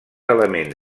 elements